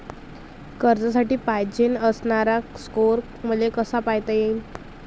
कर्जासाठी पायजेन असणारा स्कोर मले कसा पायता येईन?